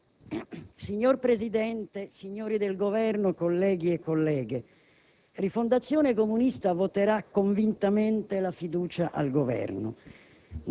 Signor Presidente, signori del Governo, colleghi e colleghe, Rifondazione Comunista voterà convintamente la fiducia al Governo.